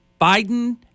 Biden